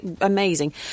amazing